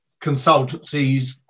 consultancies